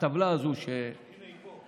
הטבלה הזאת, הינה, היא פה.